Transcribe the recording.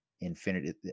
Infinity